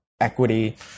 equity